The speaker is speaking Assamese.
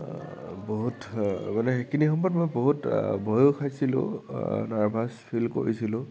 বহুত মানে সেইখিনি সময়ত মই বহুত ভয়ো খাইছিলো নাৰ্ভাছ ফিল কৰিছিলো